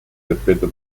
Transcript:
respeto